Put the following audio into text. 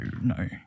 no